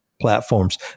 platforms